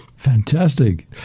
Fantastic